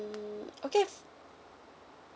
okay